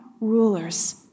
rulers